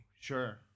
Sure